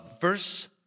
verse